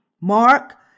Mark